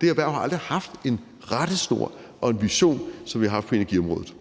det erhverv har aldrig haft en rettesnor og en vision, som vi har haft det på energiområdet.